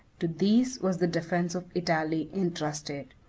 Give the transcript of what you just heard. to these was the defence of italy intrusted.